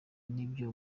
n’ibyo